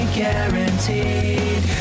guaranteed